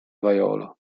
vaiolo